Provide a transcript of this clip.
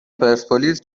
پرسپولیس